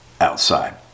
outside